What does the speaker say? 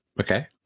Okay